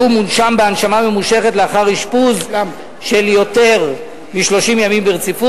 כשהוא מונשם בהנשמה ממושכת לאחר אשפוז של יותר מ-30 ימים ברציפות,